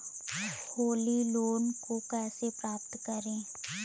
Holi loan को कैसे प्राप्त करें?